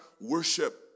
worship